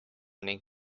ning